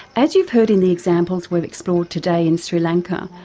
as you've heard in the examples we've explored today in sri lanka,